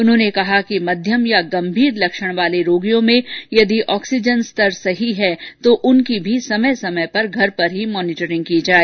उन्होंने कहा कि मध्यम या गम्भीर लक्षण वाले रोगियों में यदि ऑक्सीजन लेवल सही है तो उनकी भी समय समय पर घर पर ही मॉनीटरिंग की जाए